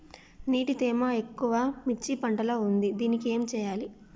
నీటి తేమ ఎక్కువ మిర్చి పంట లో ఉంది దీనికి ఏం చేయాలి?